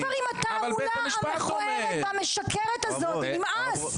די כבר עם התעמולה המכוערת והמשקרת הזאת, נמאס.